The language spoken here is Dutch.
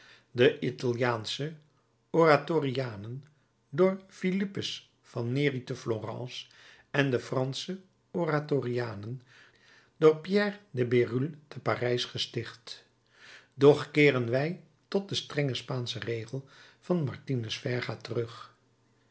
de italiaansche oratorianen door philippus van neri te florence en de fransche oratorianen door pierre de bérulle te parijs gesticht doch keeren wij tot den strengen spaanschen regel van martinus verga terug